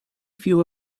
few